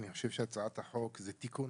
ואני חושב שהצעת החוק זה תיקון